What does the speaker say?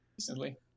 recently